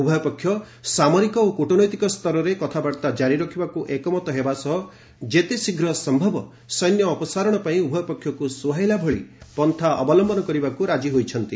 ଉଭୟ ପକ୍ଷ ସାମରିକ ଓ କ୍ରଟନୈତିକ ସ୍ତରରେ କଥାବାର୍ତ୍ତା କାରି ରଖିବାକୁ ଏକମତ ହେବା ସହ ଯେତେ ଶୀଘ୍ର ସମ୍ଭବ ସୈନ୍ୟ ଅପସାରଣ ପାଇଁ ଉଭୟ ପକ୍ଷକୁ ସୁହାଇଲା ଭଳି ପନ୍ଥା ଅବଲମ୍ଭନ କରିବାକୁ ରାଜି ହୋଇଛନ୍ତି